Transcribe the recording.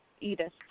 Edith